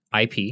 IP